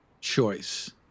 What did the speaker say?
choice